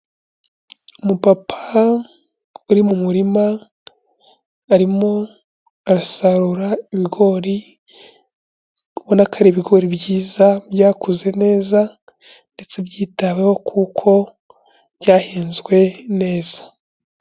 Umupapa uri mu murima arimo arasarura ibigori, ubona ko ari ibigori byiza byakuze neza ndetse byitaweho kuko byahinzwe neza.